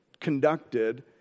conducted